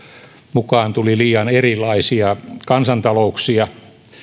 mukaan tuli liian erilaisia kansantalouksia